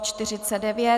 49.